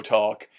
talk